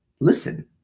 listen